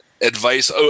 advice